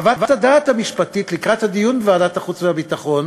חוות הדעת המשפטית לקראת הדיון בוועדת החוץ והביטחון